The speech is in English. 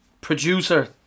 producer